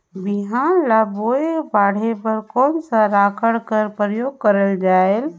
बिहान ल बोये बाढे बर कोन सा राखड कर प्रयोग करले जायेल?